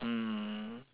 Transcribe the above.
mm